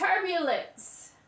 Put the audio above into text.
turbulence